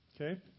Okay